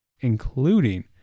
including